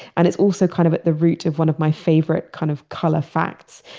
and it's also kind of at the root of one of my favorite kind of color facts,